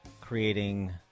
creating